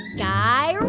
guy